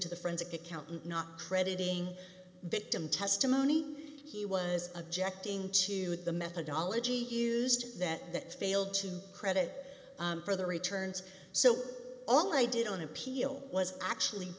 to the forensic accountant not crediting victim testimony he was objecting to the methodology used that that failed to credit for the returns so all i did on appeal was actually